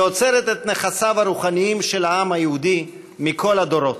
שאוצרת את נכסיו הרוחניים של העם היהודי מכל הדורות,